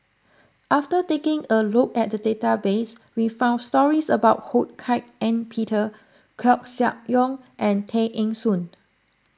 after taking a look at the database we found stories about Ho Hak Ean Peter Koeh Sia Yong and Tay Eng Soon